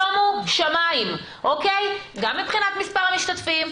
שומו שמיים: גם מבחינת מספר המשתתפים,